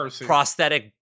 prosthetic